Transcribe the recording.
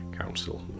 Council